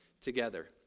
together